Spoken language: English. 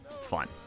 fun